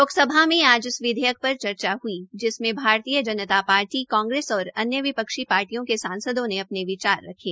लोकसभा में आज इस विधेयक पर चर्चा हई जिसमें भारतीय जनता पार्टी कांग्रेस और अन्य विपक्षी पार्टियों के सांसदों ने अपने विचार रखे